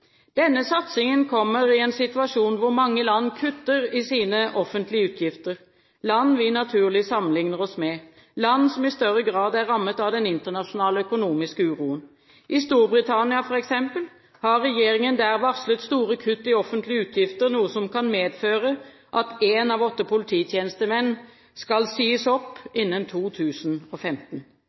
Denne satsingen kommer i en situasjon hvor mange land kutter i sine offentlige utgifter, land vi naturlig sammenligner oss med, land som i større grad er rammet av den internasjonale økonomiske uroen. I Storbritannia f.eks. har regjeringen varslet store kutt i offentlige utgifter, noe som kan medføre at én av åtte polititjenestemenn skal sies opp innen 2015.